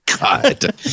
God